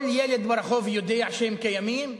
כל ילד ברחוב יודע שהם קיימים,